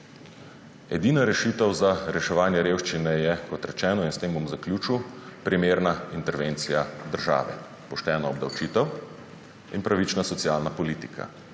Edina rešitev za reševanje revščine je, kot rečeno, in s tem bom zaključil, primerna intervencija države, poštena obdavčitev in pravična socialna politika.